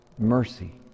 mercy